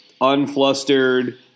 unflustered